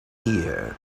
ear